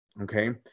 Okay